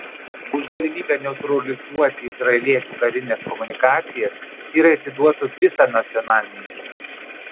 už galimybę neutralizuoti izraeliečių karines komunikacijas sirai atiduotų visą nacionalinį iždą